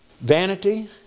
vanity